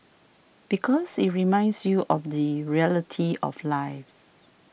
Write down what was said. because it reminds you of the reality of life